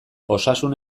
osasun